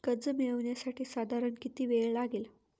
कर्ज मिळविण्यासाठी साधारण किती वेळ लागेल?